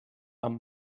amb